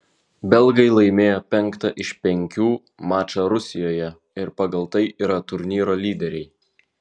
belgai laimėjo penktą iš penkių mačą rusijoje ir pagal tai yra turnyro lyderiai